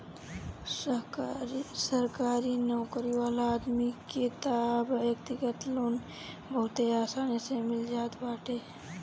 सरकारी नोकरी वाला आदमी के तअ व्यक्तिगत लोन बहुते आसानी से मिल जात बाटे